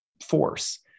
force